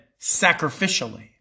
sacrificially